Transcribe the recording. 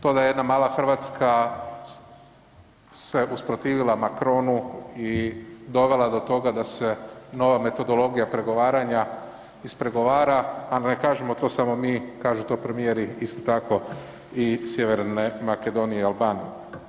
To da jedna mala RH se usprotivila Macronu i dovela do toga da se nova metodologija pregovaranja ispregovara, a ne kažemo to samo mi, kažu to premijeri isto tako i Sjeverne Makedonije i Albanije.